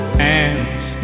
hands